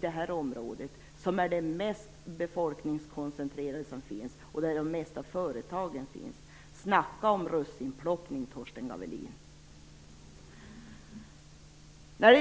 det här området som är det mest befolkningskoncentrerade område som finns och där de flesta företagen finns. Snacka om russinplockning, Torsten Gavelin!